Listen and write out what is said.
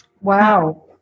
Wow